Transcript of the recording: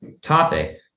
topic